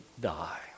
die